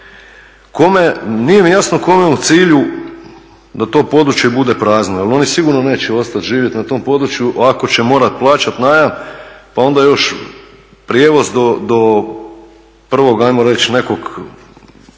nije mi jasno kome je u cilju da to područje bude prazno jer oni sigurno neće ostati živjeti na tom području, ovako će morati plaćati najam pa onda još prijevoz do prvog, ajmo reći, nekog